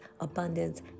abundance